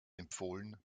empfohlen